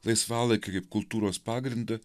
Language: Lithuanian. laisvalaikį kaip kultūros pagrindą